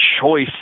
choice